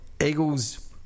Eagles